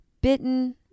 bitten